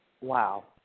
Wow